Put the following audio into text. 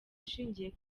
ishingiye